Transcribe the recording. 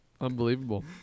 Unbelievable